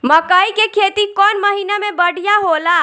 मकई के खेती कौन महीना में बढ़िया होला?